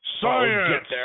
Science